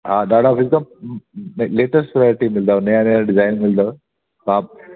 हा ॾाढा हिकदमि लेटेस्ट वैराइटी मिलंदव नवां नवां डिज़ाइन मिलंदव हा